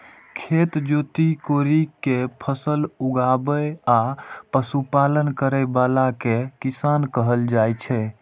खेत जोति कोड़ि कें फसल उगाबै आ पशुपालन करै बला कें किसान कहल जाइ छै